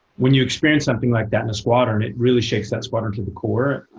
when you experience something like that in a squadron, it really shakes that squadron to the core.